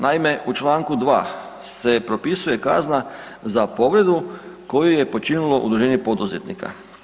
Naime u članku 2. se propisuje kazna za povredu koju je počinilo udruženje poduzetnika.